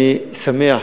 אני שמח